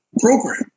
program